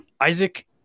Isaac